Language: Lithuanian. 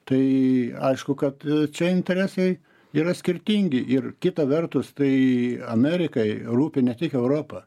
tai aišku kad čia interesai yra skirtingi ir kita vertus tai amerikai rūpi ne tik europa